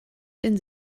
denn